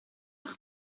eich